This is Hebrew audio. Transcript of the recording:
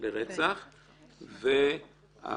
היא